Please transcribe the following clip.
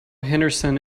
henderson